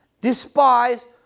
despise